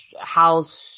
house